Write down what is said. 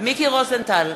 מיקי רוזנטל,